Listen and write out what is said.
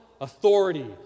authority